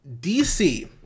DC